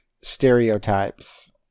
stereotypes